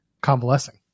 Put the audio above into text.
convalescing